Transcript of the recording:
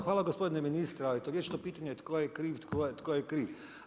Hvala gospodine ministre, i to vječito pitanje tko je kriv, tko je kriv.